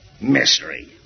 Mystery